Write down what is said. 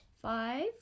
Five